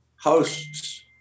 hosts